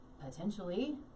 Potentially